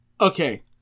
Okay